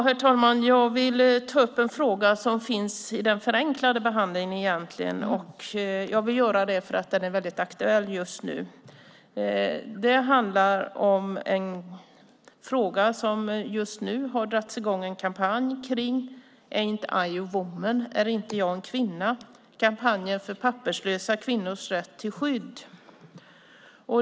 Herr talman! Jag vill ta upp en fråga från den förenklade behandlingen. Det är en fråga som är aktuell och som det just nu har dragits i gång en kampanj om Ain't I a woman? Är inte jag en kvinna? Det är en kampanj för papperslösa kvinnors rätt till skydd.